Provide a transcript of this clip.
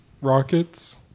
Rockets